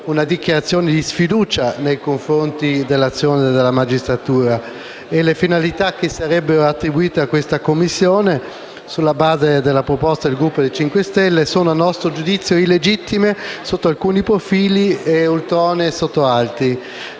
una dichiarazione di sfiducia nei confronti dell'azione della magistratura. Le finalità che sarebbero attribuite alla Commissione, sulla base della proposta del Gruppo del Movimento 5 Stelle, sono, a nostro giudizio, illegittime sotto alcuni profili e ultronee sotto altri.